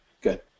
Good